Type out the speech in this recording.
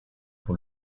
pour